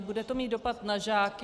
Bude to mít dopad na žáky.